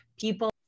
people